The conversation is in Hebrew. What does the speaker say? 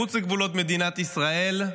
מחוץ לגבולות מדינת ישראל,